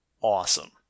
awesome